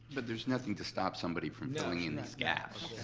but there's nothing to stop somebody from filling in these gaps.